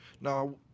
now